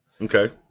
Okay